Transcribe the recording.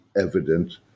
evident